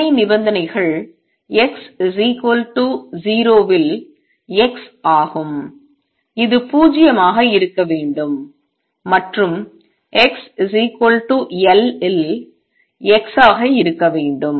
எல்லை நிபந்தனைகள் x 0 இல் X ஆகும் இது 0 ஆக இருக்க வேண்டும் மற்றும் x L இல் X ஆக இருக்க வேண்டும்